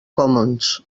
commons